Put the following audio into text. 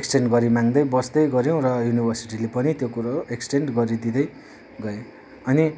extend गरिमाग्दै बस्दै गऱ्यौँ र युनिभर्सिटीले पनि त्यो कुरो एक्सटेन्ड गरिदिँदै गयो अनि